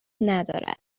ندارد